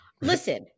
Listen